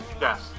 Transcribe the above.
Yes